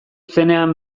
zenean